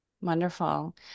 Wonderful